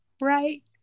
Right